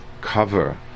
cover